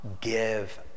give